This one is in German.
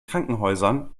krankenhäusern